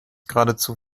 geradezu